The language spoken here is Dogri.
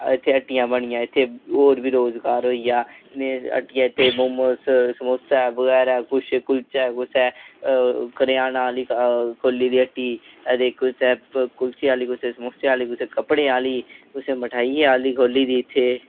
इत्थै हट्टियां बनियां इत्थै होर बी रोजगार होई गेआ नेह् हट्टियां इत्थै मोमोज़ समोसा बगैरा किश कुल्चै कुसै करेआना आह्ली खोह्ली दी हट्टी ते कुसै कुल्चे आह्ली कुसै समोसे आह्ली कुसै कपड़े आह्ली कुसै मठाइयां आह्ली खोह्ली दी इत्थै